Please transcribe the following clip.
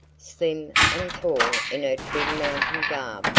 slim and tall in her trim mountain garb,